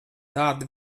tāda